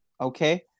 okay